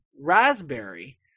raspberry